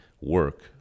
work